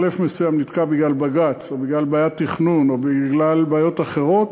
מחלף מסוים נתקע בגלל בג"ץ או בגלל בעיית תכנון או בגלל בעיות אחרות.